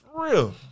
real